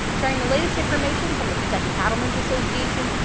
sharing the latest information from the kentucky cattlemen's association,